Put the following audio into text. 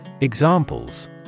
Examples